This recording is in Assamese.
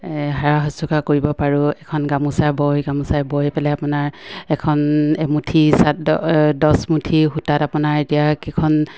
এই সেৱা শুশ্ৰূষা কৰিব পাৰোঁ এখন গামোচা বৈ গামোচা বৈ পেলাই আপোনাৰ এখন এমুুঠি দহমুঠি সূতাত আপোনাৰ এতিয়া কেইখন